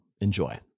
Enjoy